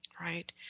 right